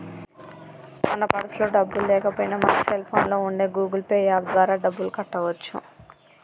మన పర్సులో డబ్బులు లేకపోయినా మన సెల్ ఫోన్లో ఉండే గూగుల్ పే యాప్ ద్వారా డబ్బులు కట్టవచ్చు